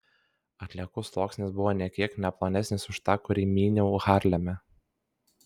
atliekų sluoksnis buvo nė kiek ne plonesnis už tą kurį myniau harleme